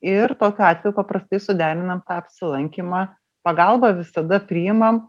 ir tokiu atveju paprastai suderinam tą apsilankymą pagalbą visada priimam